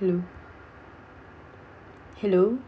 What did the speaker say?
hello hello